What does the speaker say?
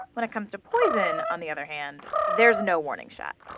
when it comes to poison, on the other hand, there's no warning shot.